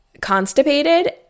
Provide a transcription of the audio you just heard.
constipated